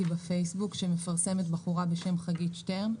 בפייסבוק שפרסמה בחורה בשם חגית שטרן.